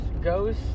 goes